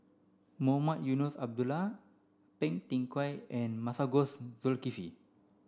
Mohamed Eunos Abdullah Phua Thin Kiay and Masagos Zulkifli